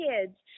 kids